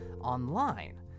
online